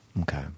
okay